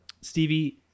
Stevie